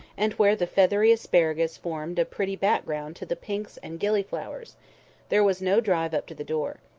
and where the feathery asparagus formed a pretty background to the pinks and gilly-flowers there was no drive up to the door.